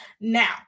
now